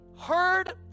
heard